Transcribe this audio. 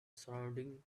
surrounding